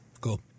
Cool